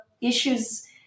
issues